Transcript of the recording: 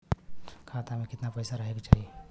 खाता में कितना पैसा रहे के चाही?